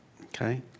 Okay